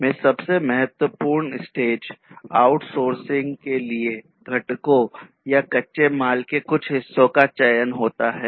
SCM में सबसे महत्वपूर्ण स्टेज आउटसोर्सिंग के लिए घटकों या कच्चे माल के कुछ हिस्सों का चयन होता है